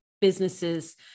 businesses